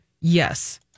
Yes